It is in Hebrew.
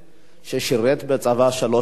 ששירת בצבא שלוש שנים,